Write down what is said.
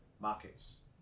markets